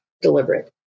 deliberate